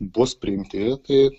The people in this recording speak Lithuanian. bus priimti tai